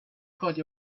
party